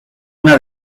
una